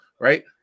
right